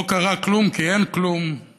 לא קרה כלום כי אין כלום,